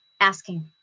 Asking